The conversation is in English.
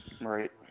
right